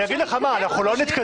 אני אגיד לך מה, אנחנו לא נתקדם.